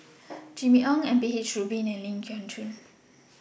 Jimmy Ong M P H Rubin and Ling Geok Choon